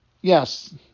yes